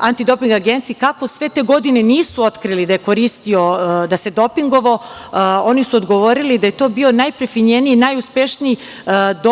antidoping agenciji – kako sve te godine nisu otkrili da se dopingovao, oni su odgovorili da je to bio najprefinjeniji, najuspešniji doping